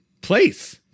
place